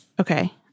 Okay